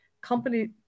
Company